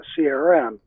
CRM